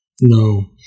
No